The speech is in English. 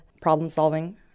problem-solving